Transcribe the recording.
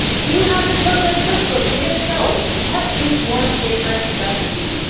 do you have the code red cookbook? and if so, what is your favorite recipe?